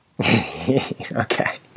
Okay